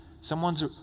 Someone's